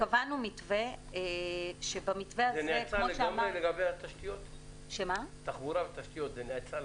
זה נעצר לגמרי בתחבורה ובתשתיות?